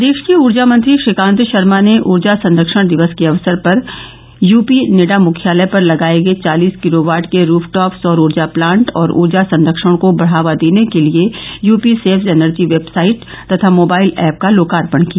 प्रदेश के ऊर्जा मंत्री श्रीकांत शर्मा ने ऊर्जा संरक्षण दिवस के अवसर पर यूपी नेडा मुख्यालय पर लगाए गए चालिस किलोवाट के रूफटॉप सौर ऊर्जा प्लांट और ऊर्जा संरक्षण को बढ़ावा देने के लिए यूपी सेव्स एनर्जी वेबसाइट तथा मोबाइल ऐप का लोकार्पण किया